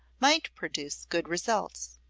might produce good results.